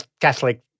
Catholic